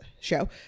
show